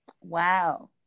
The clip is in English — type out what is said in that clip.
Wow